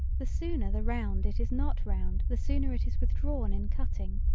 the sooner the round it is not round the sooner it is withdrawn in cutting,